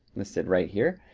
listed right here.